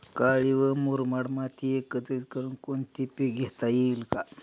काळी व मुरमाड माती एकत्रित करुन कोणते पीक घेता येईल का?